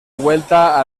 vuelta